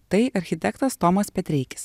tai architektas tomas petreikis